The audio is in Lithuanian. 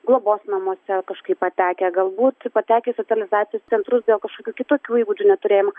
globos namuose kažkaip patekę galbūt patekę į socializacijos centrus dėl kažkokių kitokių įgūdžių neturėjimo